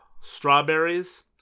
strawberries